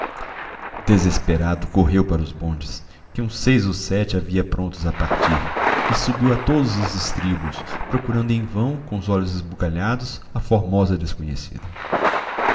desesperado correu para os bondes que uns seis ou sete havia prontos a partir e subiu a todos os estribos procurando em vão com os olhos esbugalhados a formosa desconhecida